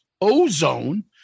Ozone